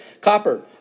Copper